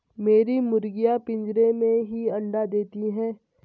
मेरी मुर्गियां पिंजरे में ही अंडा देती हैं